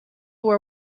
war